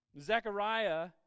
Zechariah